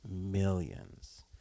millions